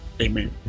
amen